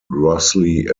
grossly